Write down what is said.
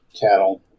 cattle